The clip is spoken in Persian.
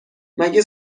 مگه